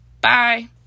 bye